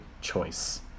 choice